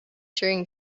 during